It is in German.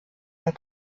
der